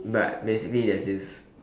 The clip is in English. but basically there's this